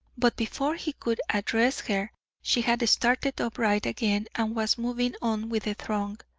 but before he could address her she had started upright again and was moving on with the throng.